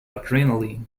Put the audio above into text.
adrenaline